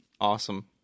Awesome